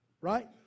Right